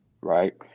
right